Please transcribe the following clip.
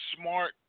smart